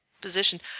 position